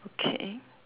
okay